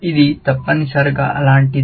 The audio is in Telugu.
ఇది తప్పనిసరిగా అలాంటిది